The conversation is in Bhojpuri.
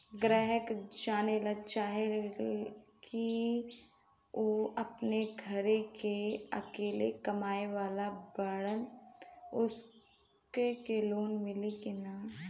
ग्राहक जानेला चाहे ले की ऊ अपने घरे के अकेले कमाये वाला बड़न उनका के लोन मिली कि न?